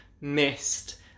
missed